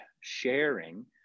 sharing